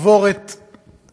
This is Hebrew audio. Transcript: לקבור את אשתו,